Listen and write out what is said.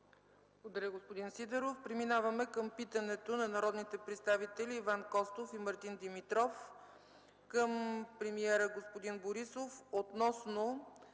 Благодаря, господин Сидеров. Преминаваме към питането на народните представители Иван Костов и Мартин Димитров към премиера господин Борисов относно